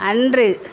அன்று